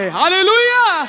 hallelujah